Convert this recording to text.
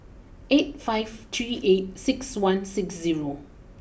eight five three eight six one six zero